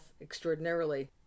extraordinarily